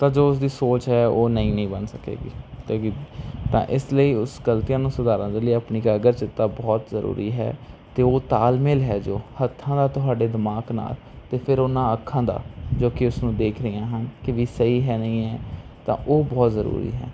ਤਾਂ ਜੋ ਉਸ ਦੀ ਸੋਚ ਹੈ ਉਹ ਨਵੀਂ ਨਹੀਂ ਬਣ ਸਕੇਗੀ ਤਾਂ ਕਿ ਤਾਂ ਇਸ ਲਈ ਉਸ ਗਲਤੀਆਂ ਨੂੰ ਸੁਧਾਰਨ ਦੇ ਲਈ ਆਪਣੀ ਇਕਾਗਰਚਿੱਤਤਾ ਬਹੁਤ ਜ਼ਰੂਰੀ ਹੈ ਅਤੇ ਉਹ ਤਾਲਮੇਲ ਹੈ ਜੋ ਹੱਥਾਂ ਦਾ ਤੁਹਾਡੇ ਦਿਮਾਗ ਨਾਲ ਅਤੇ ਫਿਰ ਉਨ੍ਹਾਂ ਅੱਖਾਂ ਦਾ ਜੋ ਕਿ ਉਸ ਨੂੰ ਦੇਖ ਰਹੀਆਂ ਹਨ ਕਿ ਵੀ ਸਹੀ ਹੈ ਨਹੀਂ ਹੈ ਤਾਂ ਉਹ ਬਹੁਤ ਜ਼ਰੂਰੀ ਹੈ